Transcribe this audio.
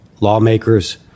lawmakers